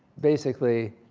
basically,